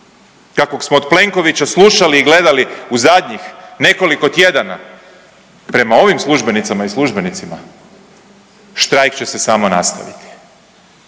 kakvog smo od Plenkovića slušali i gledali u zadnjih nekoliko tjedana prema ovim službenicama i službenicima štrajk će se samo nastaviti